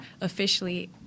officially